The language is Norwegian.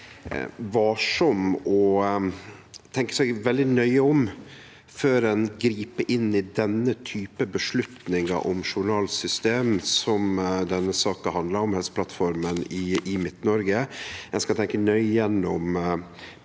varsam og tenkje seg veldig nøye om før ein grip inn i den typen avgjerder om journalsystem som denne saka handlar om, Helseplattforma i Midt-Noreg. Ein skal tenkje nøye gjennom